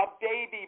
baby